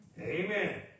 Amen